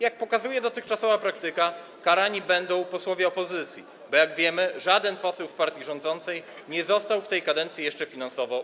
Jak pokazuje dotychczasowa praktyka, karani będą posłowie opozycji, bo jak wiemy, żaden poseł z partii rządzącej nie został jeszcze w tej kadencji ukarany finansowo.